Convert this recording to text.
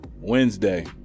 Wednesday